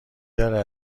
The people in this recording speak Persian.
داره